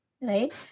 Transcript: right